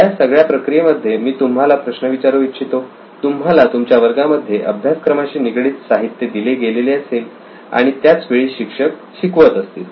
या सगळ्या प्रक्रिये मध्ये मी तुम्हाला प्रश्न विचारू इच्छितो तुम्हाला तुमच्या वर्गामध्ये अभ्यासक्रमाशी निगडित साहित्य दिले गेलेले असेल आणि त्याच वेळी शिक्षक शिकवत असतील